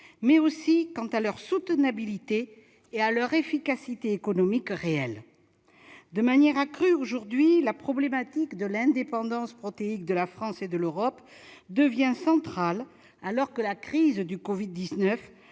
mais aussi quant à leur soutenabilité et à leur efficacité économique réelle. De manière accrue aujourd'hui, la problématique de l'indépendance protéique de la France et de l'Europe devient centrale, alors que la crise du covid-19